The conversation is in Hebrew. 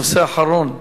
נושא אחרון בסדר-היום,